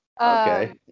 Okay